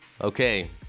Okay